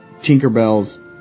Tinkerbell's